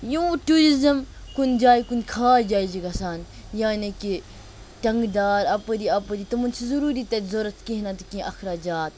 یوٗت ٹورِزِم کُنہِ جایہِ کُنہِ خاص جایہِ چھِ گَژھان یعنے کہِ تَنگدار اَپٲری اَپٲری تِمَن چھُ ضوٚروری تَتہِ ضوٚرَتھ کینٛہہ نَتہٕ کینٛہہ اَخراجات